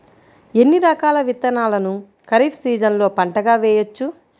ఎన్ని రకాల విత్తనాలను ఖరీఫ్ సీజన్లో పంటగా వేయచ్చు?